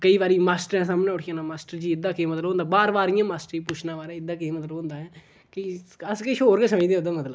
केईं बारी मास्टरें सामनै उठी जाना मास्टर जी एह्दा केह् मतलब होंदा बार बार इ'यां मास्टर गी पुच्छना महाराज एह्दा केह् मतलब होंदा ऐ कि अस किश होर गै समझदे ओह्दा मतलब